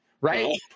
Right